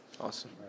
Awesome